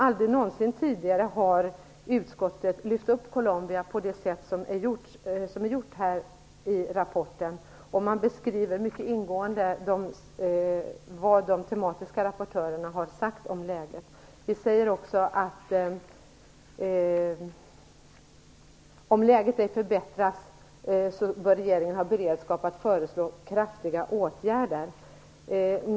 Aldrig någonsin tidigare har utskottet lyft upp Colombia på det sätt som skett i dess redogörelse. Man beskriver mycket ingående vad de tematiska rapportörerna har sagt om läget. Vi säger också att om läget ej förbättras, bör regeringen ha beredskap att föreslå kraftiga åtgärder.